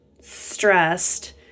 stressed